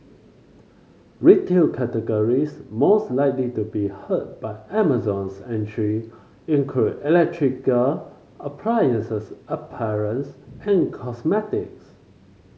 retail categories most likely to be hurt by Amazon's entry include electrical appliances apparels and cosmetics